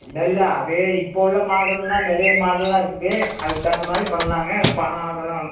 இல்லை இல்லை அதே இப்போது உள்ள மாடலெலாம் நிறைய மாடலெலாம் இருக்குது அதுக்கு தகுந்த மாதிரி பண்ணலாங்க பணம் அதெலாம்